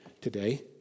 today